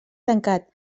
tancat